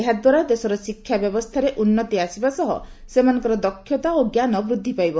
ଏହା ଦ୍ୱାରା ଦେଶର ଶିକ୍ଷା ବ୍ୟବସ୍ଥାରେ ଉନ୍ତି ଆସିବା ସହ ସେମାନଙ୍କର ଦକ୍ଷତା ଓ ଜ୍ଞାନ ବୃଦ୍ଧି ପାଇବ